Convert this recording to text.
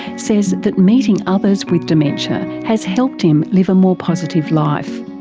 says that meeting others with dementia has helped him live a more positive life.